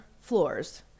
floors